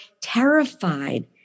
terrified